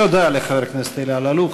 תודה לחבר הכנסת אלי אלאלוף.